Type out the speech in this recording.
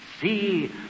See